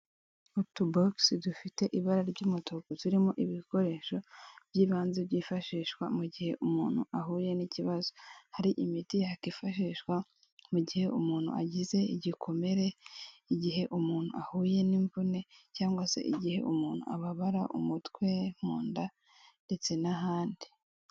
utu bogisi dufite ibara ry'umutuku turimo ibikoresho by'ibanze byifashishwa mu gihe umuntu ahuye n'ikibazo hari imiti yakwifashishwa mu gihe umuntu agize igikomere, igihe umuntu ahuye n'imvune cyangwa se igihe umuntu ababara umutwe mu nda ndetse n'ahandi.